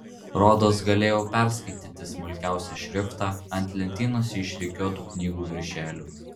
rodos galėjau perskaityti smulkiausią šriftą ant lentynose išrikiuotų knygų viršelių